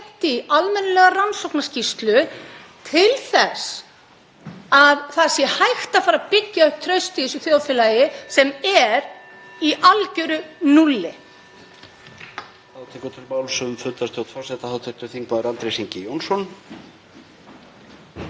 almennilega rannsóknarskýrslu til þess að hægt sé að fara að byggja upp traust í þessu þjóðfélagi sem er í algeru núlli.